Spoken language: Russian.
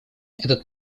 этот